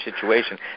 situation